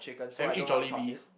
have you eat Jollibee